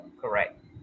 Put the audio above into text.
correct